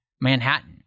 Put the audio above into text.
manhattan